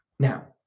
Now